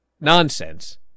Nonsense